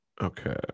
okay